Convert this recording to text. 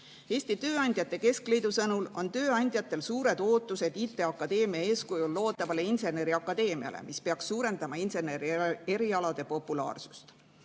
Eesti Tööandjate Keskliidu sõnul on tööandjatel suured ootused IT Akadeemia eeskujul loodavale inseneriakadeemiale, mis peaks suurendama insenerierialade populaarsust.